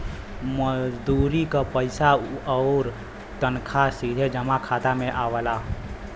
मजदूरी क पइसा आउर तनखा सीधे जमा खाता में आवला